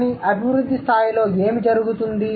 కానీ అభివృద్ధి స్థాయిలో ఏమి జరుగుతుంది